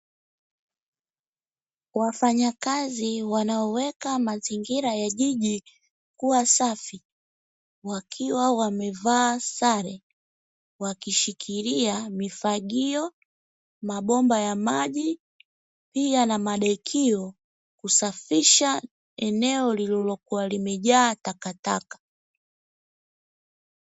Wafanyakazi wanaoweka mazingira ya jiji kuwa safi, wakiwa wamevaa sare; wakishikilia mifagio, mabomba ya maji pia na madekio, kusafisha eneo lililokuwa limejaa takataka.